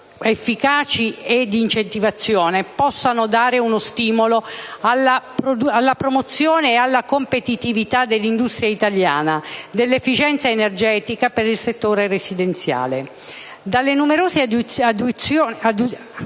efficaci e di incentivazione, possano dare uno stimolo alla promozione e alla competitività dell'industria italiana e dell'efficienza energetica per il settore residenziale.